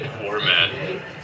format